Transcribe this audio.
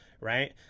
Right